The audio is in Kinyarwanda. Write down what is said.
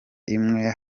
iwe